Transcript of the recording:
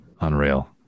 Unreal